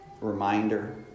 reminder